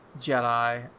jedi